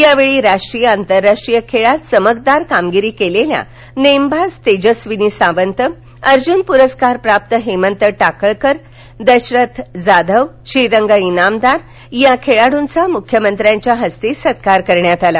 यावेळी राष्ट्रीय आंतरराष्ट्रीय खेळात चमकदार कामगिरी केलेल्या नेमबाज तेजस्विनी सावंत अर्जून पुरस्कार प्राप्त हेमंत टाकळकर दशरथ जाधव श्रीरंग इनामदार या खेळाडूंचा मुख्यमंत्र्यांच्या हस्ते सत्कार करण्यात आला